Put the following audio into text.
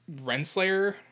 renslayer